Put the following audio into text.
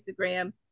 Instagram